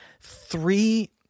three